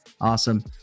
Awesome